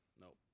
Nope